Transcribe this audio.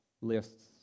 lists